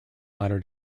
latter